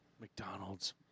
McDonald's